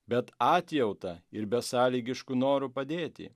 bet atjauta ir besąlygišku noru padėti